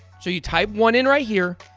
so you type one in right here,